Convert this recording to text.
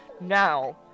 Now